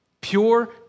pure